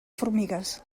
formigues